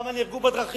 כמה נהרגו בדרכים.